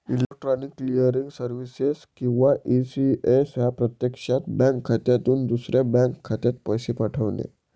electronic clearing services किंवा ECS हा प्रत्यक्षात बँक खात्यातून दुसऱ्या बँक खात्यात पैसे पाठवणे